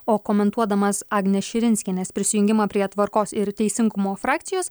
o komentuodamas agnės širinskienės prisijungimą prie tvarkos ir teisingumo frakcijos